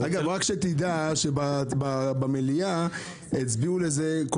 רק שתדע שבמליאה מרצ הצביעו לזה.